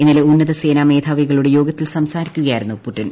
ഇന്നലെ ഉന്നതസേനാ മേധാവികളുടെ യോഗത്തിൽ സംസാരിക്കുകയായിരുന്നു പുടിൻ